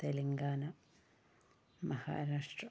Telangana Maharashtra